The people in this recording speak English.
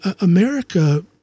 America